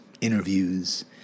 interviews